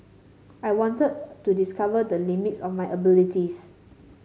I wanted to discover the limits of my abilities